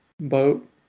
boat